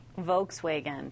Volkswagen